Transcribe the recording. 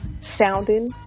sounding